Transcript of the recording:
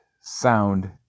sound